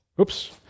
Oops